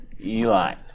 Eli